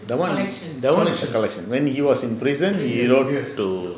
that [one] is collection when he was in prison he wrote to